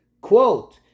quote